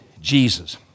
Jesus